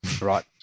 Right